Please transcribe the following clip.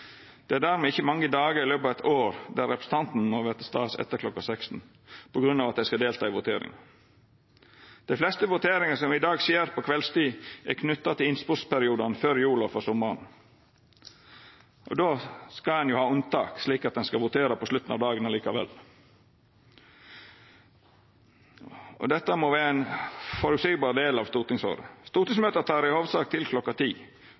Det er dermed ikkje mange dagar i løpet av eit år der representantane må vera til stades etter kl. 16 på grunn av at dei skal delta i voteringa. Dei fleste voteringane som i dag skjer på kveldstid, er knytte til innspurtsperiodane før jol og før sommaren, og då skal ein jo ha unntak, slik at ein skal votera på slutten av dagen likevel – og dette må vera ein føreseieleg del av stortingsåret. Stortingsmøta tek i hovudsak til